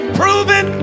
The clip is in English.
proven